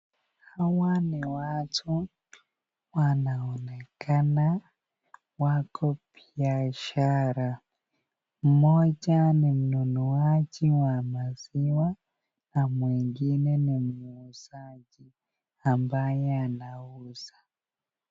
Hawa ni watu wanaonekana wako biashara. Mmoja ni mnunuaji wa maziwa na mwingine ni muuzaji ambaye anauza.